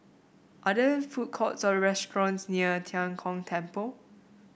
are there food courts or restaurants near Tian Kong Temple